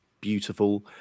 beautiful